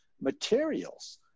materials